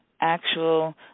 actual